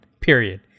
period